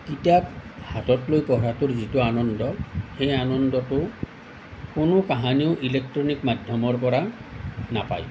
কিতাপ হাতত লৈ পঢ়াটোৰ যিটো আনন্দ সেই আনন্দটো কোনো কাহানিও ইলেকট্ৰনিক মাধ্যমৰ পৰা নাপায়